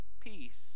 peace